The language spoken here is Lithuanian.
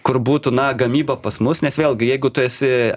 kur būtų na gamyba pas mus nes vėlgi jeigu tu esi